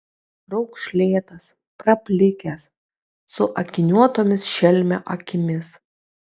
raukšlėtas praplikęs su akiniuotomis šelmio akimis